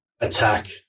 attack